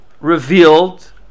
revealed